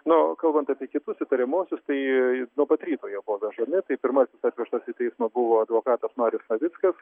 nu o kalbant apie kitus įtariamuosius tai nuo pat ryto jau vežami tai pirmas atvežtas į teismą buvo advokatas marius navickas